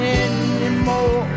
anymore